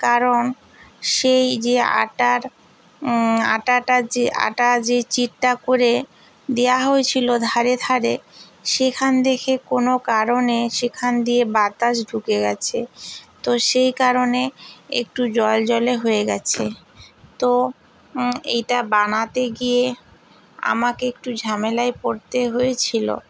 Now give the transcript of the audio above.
কারণ সেই যে আটার আটাটা যে আটা যে চিটটা করে দেওয়া হয়েছিল ধারে ধারে সেখান থেকে কোনও কারণে সেখান দিয়ে বাতাস ঢুকে গেছে তো সেই কারণে একটু জলজলে হয়ে গেছে তো এইটা বানাতে গিয়ে আমাকে একটু ঝামেলায় পড়তে হয়েছিল